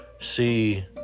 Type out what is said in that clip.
see